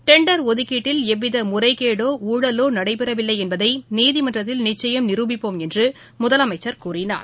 tender ஒதுக்கீட்டில் எவ்விதமுறைகேடோஊழலோநடைபெறவில்லைஎன்பதைநீதிமன்றத்தில் நிச்சயம் நிருபிப்போம் என்றுமுதலமைச்சரஅவர் கூறினார்